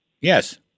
Yes